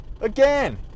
again